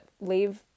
leave